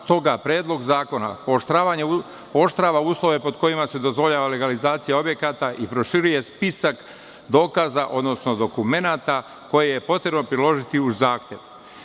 S toga predlog zakona pooštrava uslove pod kojima se dozvoljava legalizacija objekata i proširuje spisak dokaza, odnosno dokumenata koje je potrebno priložiti uz zahtev.